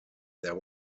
there